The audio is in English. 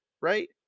right